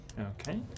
Okay